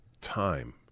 time